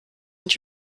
und